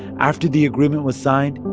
after the agreement was signed,